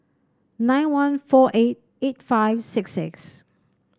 nine one four eight eight five six six